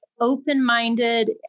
open-minded